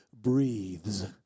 breathes